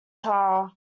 tara